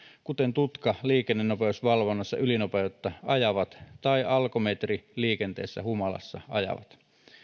kuten tutka liikennenopeusvalvonnassa ylinopeutta ajavat tai alkometri liikenteessä humalassa ajavat